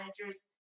managers